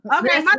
okay